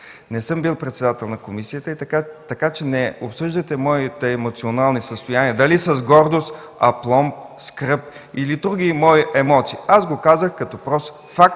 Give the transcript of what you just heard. не съм бил председател на комисията. Така че не обсъждайте моите емоционални състояния – гордост, апломб, скръб или други мои емоции. Казах го като прост факт,